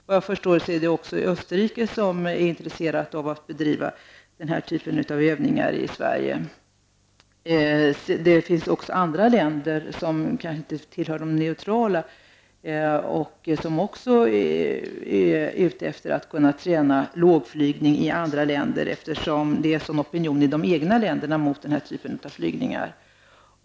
Vad jag förstår så är även Österrike intresserat av att bedriva den här typen av övningar i Sverige. Det finns också andra länder som kanske inte tillhör de neutrala länderna jmen som är ute efter att kunna träna lågflygning i andra länder, eftersom det finns en opinion i det egna landet mot den här typen av flygningar.